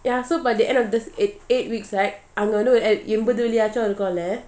ya so by the end of this eight eight weeks right அவங்கவந்துஎன்பதுஎடையாச்சும்இருக்கணும்:avanga vandhu enbathu edayachum irukanum